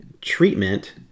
treatment